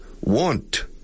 Want